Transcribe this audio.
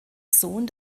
sohn